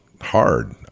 hard